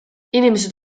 inimesed